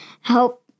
help